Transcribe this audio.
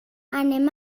anem